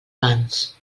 pans